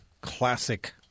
classic